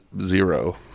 zero